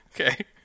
Okay